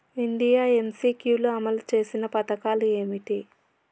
India MCQ లో అమలు చేసిన పథకాలు ఏమిటి?